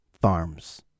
farms